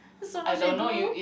so what she do